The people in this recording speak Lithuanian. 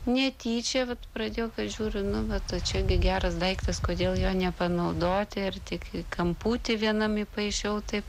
netyčia bet pradėjau kai žiūriu nu bet tai čia geras daiktas kodėl jo nepanaudoti ir tik į kamputį vienam įpaišiau taip